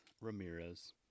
Ramirez